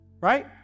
Right